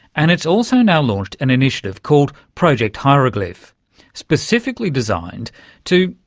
and it's also now launched an initiative called project hieroglyph specifically designed to,